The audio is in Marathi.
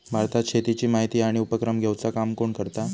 भारतात शेतीची माहिती आणि उपक्रम घेवचा काम कोण करता?